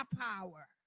power